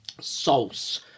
sauce